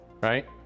right